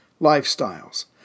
Lifestyles